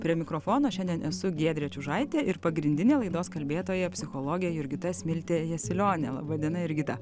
prie mikrofono šiandien esu giedrė čiužaitė ir pagrindinė laidos kalbėtoja psichologė jurgita smiltė jasiulionė laba diena jurgita